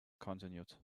continued